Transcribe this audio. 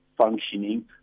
functioning